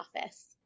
office